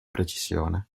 precisione